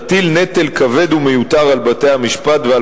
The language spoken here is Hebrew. יטילו נטל כבד ומיותר על בתי-המשפט ועל